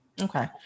Okay